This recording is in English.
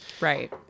right